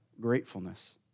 gratefulness